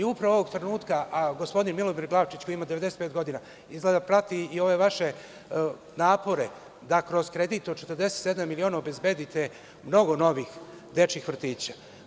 Upravo ovog trenutka, a gospodin Milomir Glavčić, koji ima 95 godina, prati i ove vaše napore da kroz kredit od 47 miliona obezbedite mnogo novih dečijih vrtića.